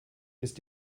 ist